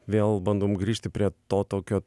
vėl bandom grįžti prie to tokio